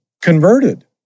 converted